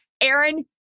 aaron